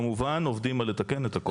כמובן עובדים על לתקן את הכול.